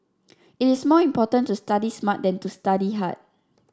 it is more important to study smart than to study hard